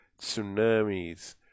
tsunamis